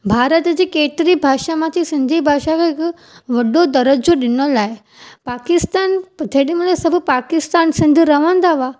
भारत जी केतिरी भाषा मां थी सिंधी भाषा हिकु वॾो दरिजो ॾिनल आहे पाकिस्तान जेॾी महिल सभु पाकिस्तान सिंध रहंदा हुआ